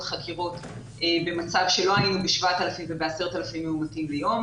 חקירות במצב שלא היינו ב-7,000 וב-10,000 מאומתים ביום.